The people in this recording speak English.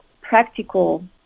practical